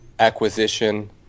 acquisition